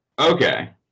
Okay